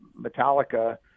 Metallica